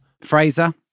Fraser